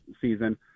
season